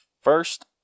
first